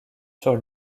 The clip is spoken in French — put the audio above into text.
sur